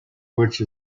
which